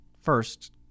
first